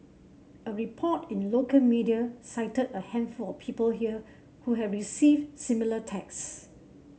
a report in local media cited a handful of people here who have received similar text